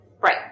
Right